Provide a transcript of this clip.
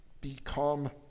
become